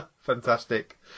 Fantastic